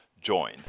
join